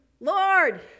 Lord